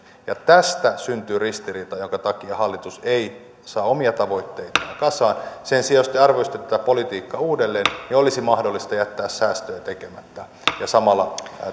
ja tästä syntyy ristiriita jonka takia hallitus ei saa omia tavoitteitaan kasaan sen sijaan jos te arvioisitte tätä politiikkaa uudelleen niin olisi mahdollista jättää säästöjä tekemättä ja samalla